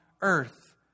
earth